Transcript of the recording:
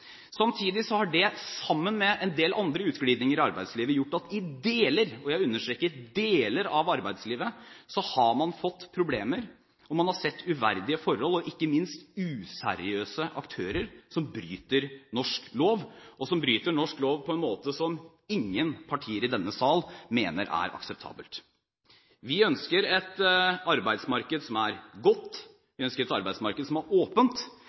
Samtidig, sammen med en del andre utglidninger i arbeidslivet, har det gjort at i deler av arbeidslivet har man fått problemer. Man har sett uverdige forhold og ikke minst useriøse aktører som bryter norsk lov, og som bryter norsk lov på en måte som ingen partier i denne sal mener er akseptabelt. Vi ønsker et arbeidsmarked som er godt, som er åpent,